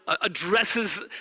addresses